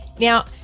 Now